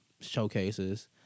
showcases